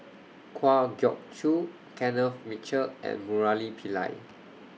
Kwa Geok Choo Kenneth Mitchell and Murali Pillai